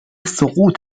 سقوط